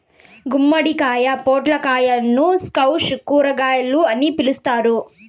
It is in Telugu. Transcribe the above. గుమ్మడికాయ, పొట్లకాయలను స్క్వాష్ కూరగాయలు అని పిలుత్తారు